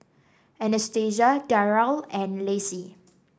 Anastasia Daryle and Lacy